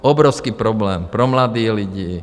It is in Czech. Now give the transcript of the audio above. Obrovský problém pro mladé lidi.